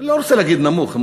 אני לא רוצה להגיד נמוך,